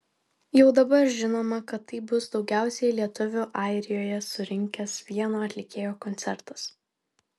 jau dabar žinoma kad tai bus daugiausiai lietuvių airijoje surinkęs vieno atlikėjo koncertas